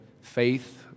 faith